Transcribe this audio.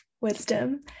wisdom